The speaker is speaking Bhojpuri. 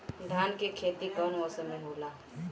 धान के खेती कवन मौसम में होला?